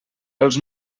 els